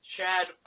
Chad